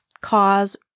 cause